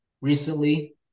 recently